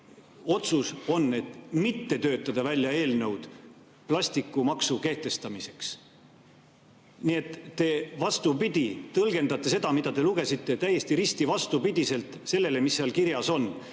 otsus on, et mitte töötada välja eelnõu plastikumaksu kehtestamiseks. Tõlgendate seda, mida te ette lugesite, täiesti risti vastupidiselt sellele, mis seal kirjas on.